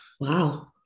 Wow